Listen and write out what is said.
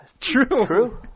True